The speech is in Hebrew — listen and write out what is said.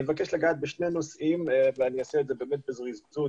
אני מבקש לגעת בשני נושאים ואני אעשה את זה באמת בזריזות.